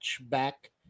back